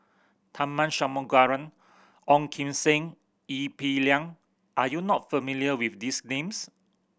Tharman Shanmugaratnam Ong Kim Seng Ee Peng Liang are you not familiar with these names